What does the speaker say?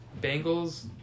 Bengals